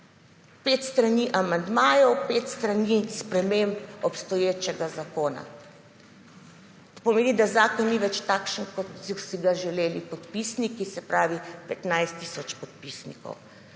5 strani amandmajev, 5 strani sprememb obstoječega zakona. To pomeni, da zakon in več takšen kot so si ga želeli podpisniki, se pravi 15. tisoč podpisnikov